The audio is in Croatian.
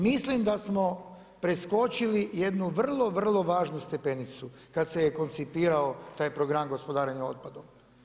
Mislim da smo preskočili jednu vrlo, vrlo važnu stepenicu kad se je koncipirao taj program gospodarenja otpadom.